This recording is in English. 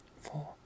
four